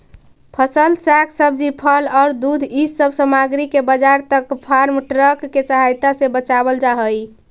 फसल, साग सब्जी, फल औउर दूध इ सब सामग्रि के बाजार तक फार्म ट्रक के सहायता से पचावल हई